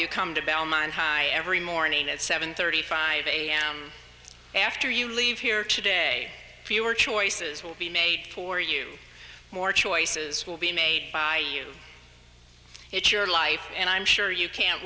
you come to belmont high every morning at seven thirty five am after you leave here today fewer choices will be made for you more choices will be made by you it's your life and i'm sure you can't